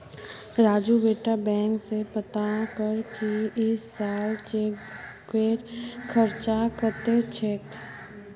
राजू बेटा बैंक स पता कर की इस साल चेकबुकेर खर्च कत्ते छेक